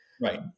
Right